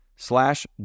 slash